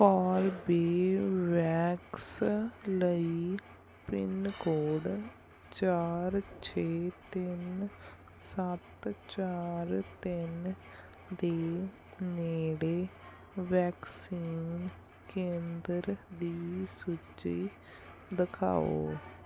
Corbevax ਲਈ pin code ਚਾਰ ਛੇ ਤਿੰਨ ਸੱਤ ਚਾਰ ਤਿੰਨ ਦੇ ਨੇੜੇ ਵੈਕਸੀਨ ਕੇਂਦਰ ਦੀ ਸੂਚੀ ਦਿਖਾਓ